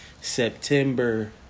September